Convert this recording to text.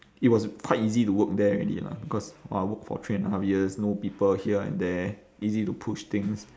it was quite easy to work there already lah because !wah! I work for three and a half years know people here and there easy to push things